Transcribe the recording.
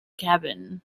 cabin